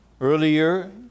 earlier